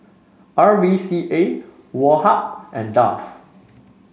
R V C A Woh Hup and Dove